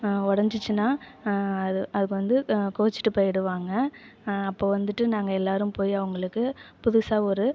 ஒடைஞ்சிச்சுன்னா அது அதுக்கு வந்து கோச்சிட்டு போயிடுவாங்க அப்போ வந்துட்டு நாங்கள் எல்லோரும் போய் அவங்களுக்கு புதுசாக ஒரு